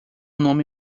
nome